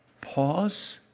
pause